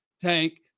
Tank